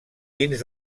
dins